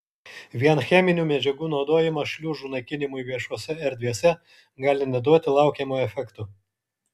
vien cheminių medžiagų naudojimas šliužų naikinimui viešosiose erdvėse gali neduoti laukiamo efekto